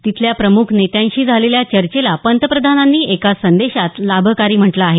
तिथल्या प्रमुख नेत्यांशी झालेल्या चर्चेला पंतप्रधानांनी एका संदेशात लाभकारी म्हटलं आहे